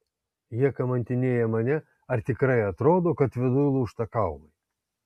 jie kamantinėja mane ar tikrai atrodo kad viduj lūžta kaulai